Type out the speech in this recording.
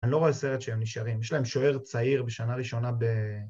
אני לא רואה סרט שהם נשארים, יש להם שוער צעיר בשנה ראשונה ב...